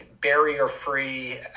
barrier-free